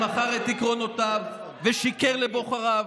שמכר את עקרונותיו ושיקר לבוחריו.